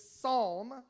psalm